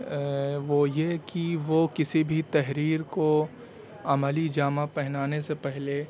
وہ یہ کہ وہ کسی بھی تحریر کو عملی جامہ پہنانے سے پہلے